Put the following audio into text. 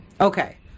Okay